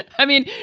i mean,